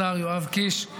השר יואב קיש,